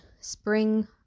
spring